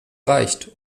reicht